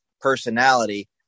personality